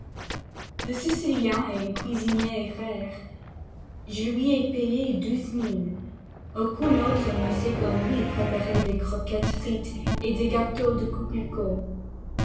le sicilien est un cuisinier rare je l'ai payé douze mines aucun autre ne sait comme lui préparer des croquettes frites et des gâteaux de coquelicots